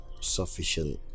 sufficient